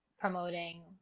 promoting